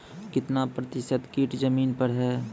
कितना प्रतिसत कीट जमीन पर हैं?